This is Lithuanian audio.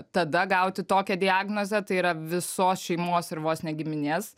tada gauti tokią diagnozę tai yra visos šeimos ir vos ne giminės